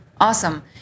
Awesome